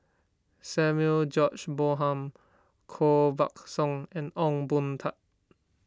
Samuel George Bonham Koh Buck Song and Ong Boon Tat